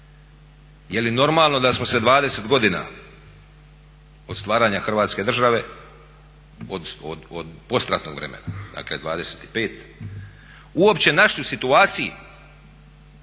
Je li normalno da smo se 20 godina od stvaranja Hrvatske države, od poslijeratnog vremena, dakle 25 godina, uopće našli u situaciji